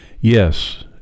yes